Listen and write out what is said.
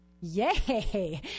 Yay